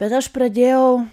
bet aš pradėjau